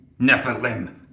Nephilim